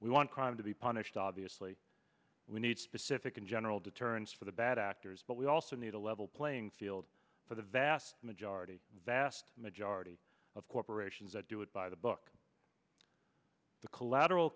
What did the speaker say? we want crime to be punished obviously we need specific and general deterrence for the bad actors but we also need a level playing field for the vast majority vast majority of corporations that do it by the book the collateral